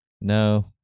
No